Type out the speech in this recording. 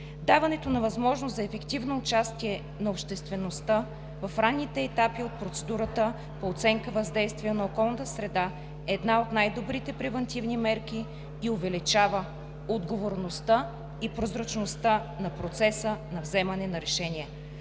Даването на възможност за ефективно участие на обществеността в ранните етапи от процедурата по оценка на въздействието върху околната среда е една от най-добрите превантивни мерки и увеличава отговорността и прозрачността на процеса на вземане на решение.